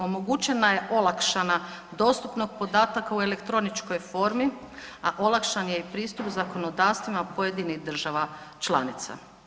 Omogućena je olakšana dostupnost podataka u elektroničkoj formi, a olakšan je i pristup zakonodavstvima pojedinih država članica.